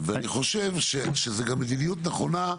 אני חושב שזו גם המדיניות הנכונה,